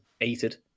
aided